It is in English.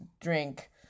drink